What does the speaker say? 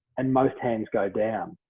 and most hands go down.